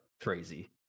crazy